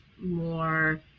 more